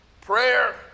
prayer